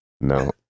No